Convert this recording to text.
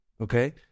okay